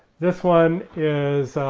this one is